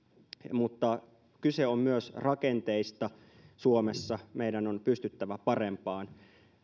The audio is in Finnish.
mutta kyse on myös rakenteista suomessa meidän on pystyttävä parempaan